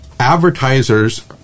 Advertisers